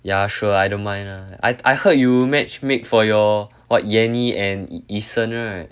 yeah sure I don't mind lah I I heard you matchmake for your what yani and eason right